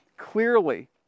clearly